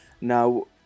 Now